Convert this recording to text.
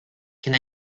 can